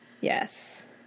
yes